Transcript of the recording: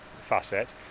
facet